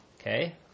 okay